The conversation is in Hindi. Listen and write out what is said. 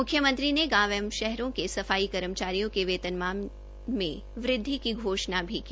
मुख्यमंत्री ने गांव हेत् शहरों के सफाई कर्मचारियो के वेतनमान के वृद्वि की घोषणा भी की